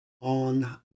on